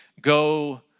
go